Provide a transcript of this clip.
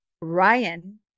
Ryan